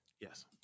Yes